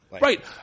right